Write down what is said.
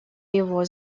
его